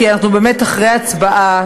כי אנחנו באמת אחרי הצבעה,